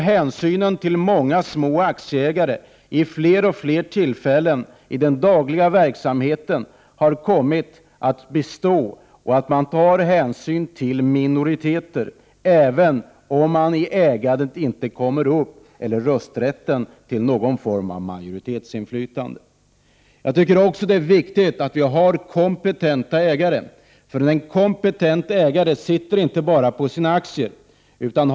Hänsynen till många små aktieägare vid fler och fler tillfällen i den dagliga verksamheten har kommit att bestå. Man tar hänsyn till minoriteten även om de små aktieägarna i ägandet eller när det gäller rösträtten inte når någon form av majoritetsinflytande. Det är också viktigt att vi har kompetenta ägare, för en kompetent ägare Prot. 1988/89:70 sitter inte bara på sina aktier, så att säga.